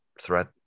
threat